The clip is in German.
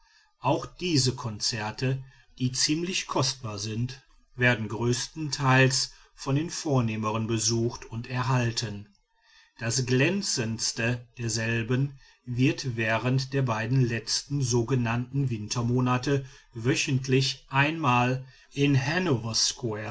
auch diese konzerte die ziemlich kostbar sind werden größtenteils von den vornehmeren besucht und erhalten das glänzendste derselben wird während der beiden letzten sogenannten wintermonate wöchentlich einmal in